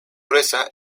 gruesa